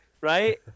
right